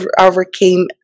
overcame